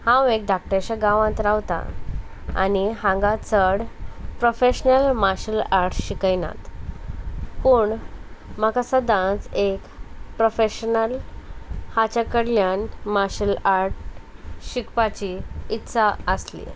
हांव एक धाकट्याच्या गांवांत रावतां आनी हांगा चड प्रोफेशनल मार्शल आर्ट शिकयनात पूण म्हाका सदांच एक प्रोफेशनल हाच्या कडल्यान मार्शल आर्ट शिकपाची इत्सा आसली